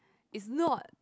it's not